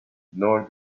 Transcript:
nor